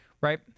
Right